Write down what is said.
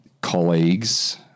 colleagues